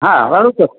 हा वद्तु